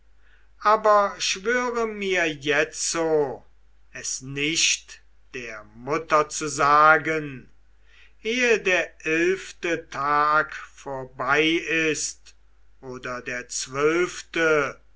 aber schwöre mir jetzo es nicht der mutter zu sagen ehe der elfte tag vorbei ist oder der zwölfte